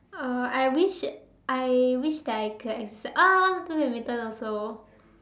uh I wish I wish that I could accept uh I want to play badminton also